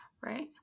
Right